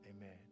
Amen